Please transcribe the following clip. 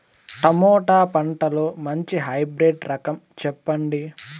Tomato పంటలో మంచి hybrid రకం చెప్పండి?